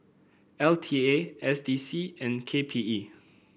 L T A S D C and K P E